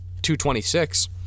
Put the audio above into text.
226